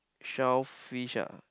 shellfish ah